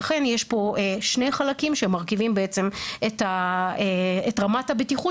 לכן יש פה שני חלקים שמרכיבים בעצם את רמת הבטיחות,